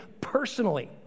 personally